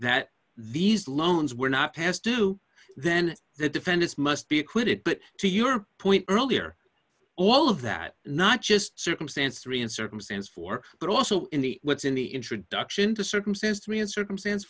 that these loans were not has do then the defendants must be acquitted but to your point earlier all of that not just circumstance three and circumstance four but also in the what's in the introduction to circumstance three and circumstance